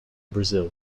brazil